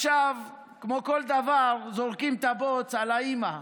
כמו כל דבר, זורקים את הבוץ על האימא.